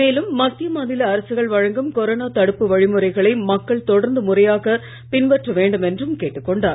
மேலும் மத்திய மாநில அரசுகள் வழங்கும் கொரோனா தடுப்பு வழிமுறைகளை மக்கள் தொடர்ந்து முறையாக பின்பற்ற வேண்டும் என்றும் கேட்டுக் கொண்டார்